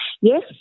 Yes